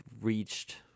reached